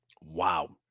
Wow